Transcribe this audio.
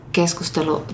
keskustelu